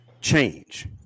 change